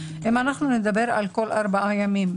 אם נדבר על כל ארבעה ימים,